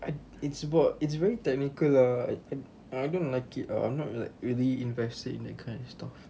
I it's about it's very technical ah I I don't like it ah I'm not like really invested in that kind of stuff